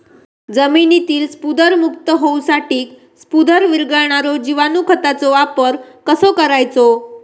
जमिनीतील स्फुदरमुक्त होऊसाठीक स्फुदर वीरघळनारो जिवाणू खताचो वापर कसो करायचो?